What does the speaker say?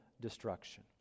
destruction